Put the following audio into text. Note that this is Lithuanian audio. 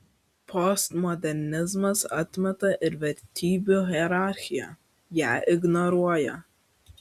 postmodernizmas atmeta ir vertybių hierarchiją ją ignoruoja